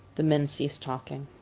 the men ceased talking.